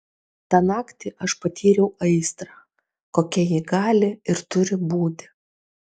tą naktį aš patyriau aistrą kokia ji gali ir turi būti